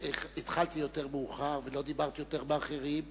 התחלתי יותר מאוחר ולא דיברת יותר מאחרים,